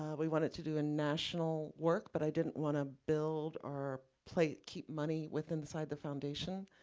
um we wanted to do a national work, but i didn't want to build our plate, keep money within, inside the foundation.